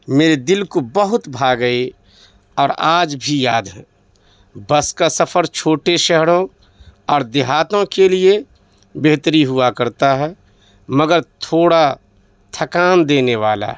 میرے دل کو بہت بھاگئی اور آج بھی یاد ہیں بس کا سفر چھوٹے شہروں اور دیہاتوں کے لیے بہتری ہوا کرتا ہے مگر تھوڑا تھکان دینے والا ہے